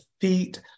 feet